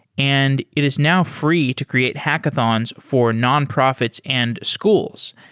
and it is now free to create hackathons for nonprofits and schools.